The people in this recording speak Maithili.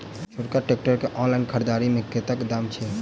छोटका ट्रैक्टर केँ ऑनलाइन खरीददारी मे कतेक दाम छैक?